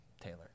Taylor